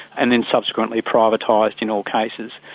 and then subsequently privatised in all cases.